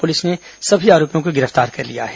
police ने सभी आरोपियों को गिरफ्तार कर लिया है